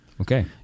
Okay